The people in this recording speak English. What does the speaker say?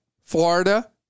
Florida